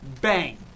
bang